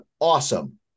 awesome